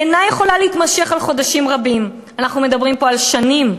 ואינה יכולה להתמשך חודשים רבים." אנחנו מדברים פה על שנים.